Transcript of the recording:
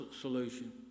solution